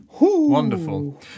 Wonderful